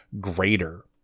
greater